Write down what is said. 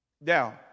Now